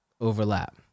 overlap